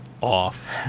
off